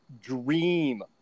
dream